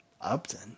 Upton